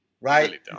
right